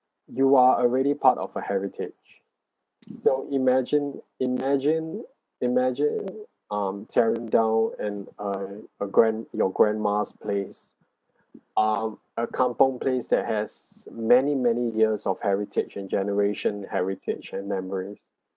you are already part of a heritage so imagine imagine imagine um tearing down in uh your grand~ your grandma's place um a kampung place that has many many years of heritage and generation heritage and memories